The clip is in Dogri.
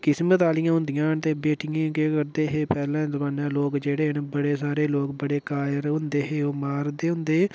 किस्मत आह्लियां होन्दियां ते बेटियें गी केह् करदे हे पैह्ले जमानै लोक जेह्ड़े न बड़े सारे लोक बड़े कायर होंदे हे ओह् मारदे होंदे